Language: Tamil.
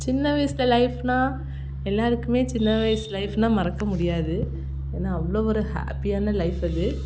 சின்ன வயசுல லைஃப்னால் எல்லாருக்குமே சின்ன வயசு லைஃப்னால் மறக்க முடியாது ஏன்னா அவ்வளோ ஒரு ஹேப்பியான லைஃப் அது